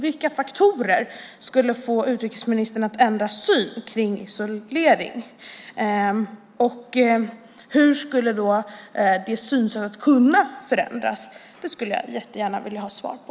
Vilka faktorer skulle få utrikesministern att ändra sin syn på isolering? Hur skulle det synsättet kunna förändras? Det skulle jag jättegärna vilja ha svar på.